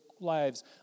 lives